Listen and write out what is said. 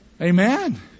Amen